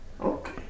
Okay